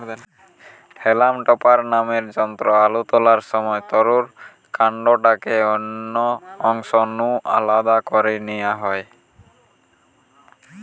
হেলাম topper নামের যন্ত্রে আলু তোলার সময় তারুর কান্ডটাকে অন্য অংশ নু আলদা করি নিয়া হয়